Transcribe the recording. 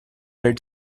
red